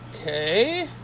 okay